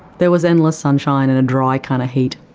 there was endless sunshine and a dry kind of heat,